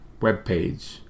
webpage